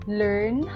learn